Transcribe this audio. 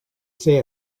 say